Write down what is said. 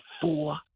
four